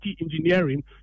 engineering